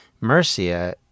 Mercia